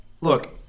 look